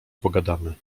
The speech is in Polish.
pogadamy